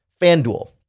FanDuel